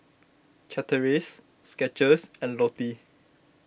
Chateraise Skechers and Lotte